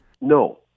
No